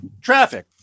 Traffic